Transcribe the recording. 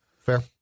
Fair